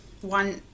one